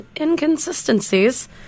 inconsistencies